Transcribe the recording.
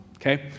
Okay